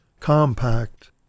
compact